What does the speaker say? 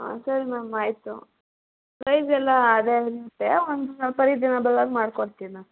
ಹಾಂ ಸರಿ ಮ್ಯಾಮ್ ಆಯಿತು ಪ್ರೈಸೆಲ್ಲಾ ಅದೇ ಇರುತ್ತೆ ಒಂದು ಸ್ವಲ್ಪ ರೀಸನೆಬಲಾಗಿ ಮಾಡ್ಕೊಡ್ತೀನಿ ಮ್ಯಾಮ್